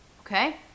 Okay